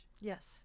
Yes